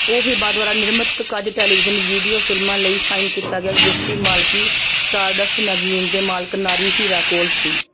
ਉਹ ਹਿਬਾ ਦੁਆਰਾ ਨਿਰਮਿਤ ਕੁਝ ਟੈਲੀਵਿਜ਼ਨ ਵੀਡੀਓ ਫਿਲਮਾਂ ਲਈ ਸਾਈਨ ਕੀਤਾ ਗਿਆ ਸੀ ਜਿਸ ਦੀ ਮਾਲਕੀ ਸਟਾਰਡਸਟ ਮੈਗਜ਼ੀਨ ਦੇ ਮਾਲਕ ਨਾਰੀ ਹੀਰਾ ਕੋਲ ਸੀ